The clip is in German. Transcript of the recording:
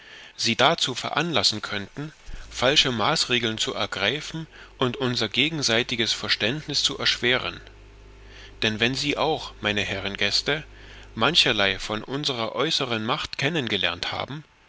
sie dazu veranlassen könnten falsche maßregeln zu ergreifen und unser gegenseitiges verständnis zu erschweren denn wenn sie auch meine herren gäste mancherlei von unserer äußeren macht kennengelernt haben